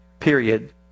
Period